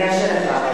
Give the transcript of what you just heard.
אני אאשר לך.